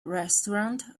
restaurant